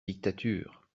dictature